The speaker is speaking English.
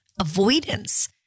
avoidance